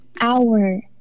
hour